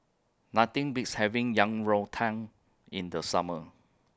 Nothing Beats having Yang Rou Tang in The Summer